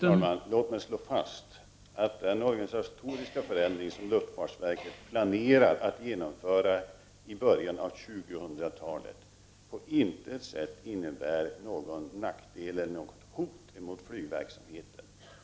Herr talman! Låt mig slå fast att den organisatoriska förändring som luftfartsverket planerar att genomföra i början av 2000-talet på intet sätt innebär någon nackdel eller något hot mot flygverksamheten.